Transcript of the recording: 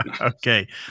Okay